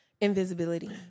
Invisibility